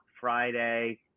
Friday